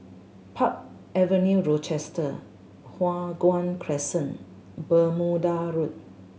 Park Avenue Rochester Hua Guan Crescent Bermuda Road